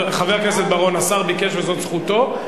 חבר הכנסת בר-און, השר ביקש, וזאת זכותו.